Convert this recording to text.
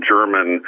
German